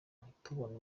ntitubone